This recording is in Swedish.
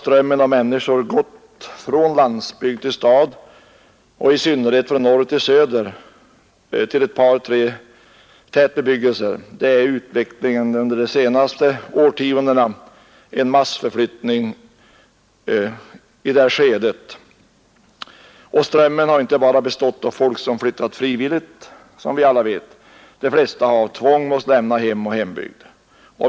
Strömmen av människor har annars gått från landsbygd till stad och i synnerhet från norr till söder till ett par tre tätbebyggelser. Utvecklingen under de senaste årtiondena har inneburit en massförflyttning. Strömmen har inte bara bestått av folk som flyttat frivilligt. De flesta har av tvång måst lämna hem och hembygd.